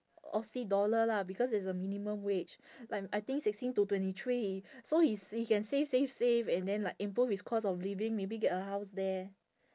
aussie dollar lah because there's a minimum wage like I think sixteen to twenty three so he s~ he can save save save and then like improve his cost of living maybe get a house there